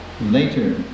later